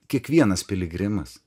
kiekvienas piligrimas